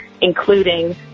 including